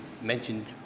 mentioned